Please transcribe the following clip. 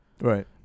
right